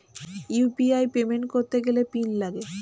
UPI payment করতে গেলে PIN লাগে